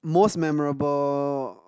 most memorable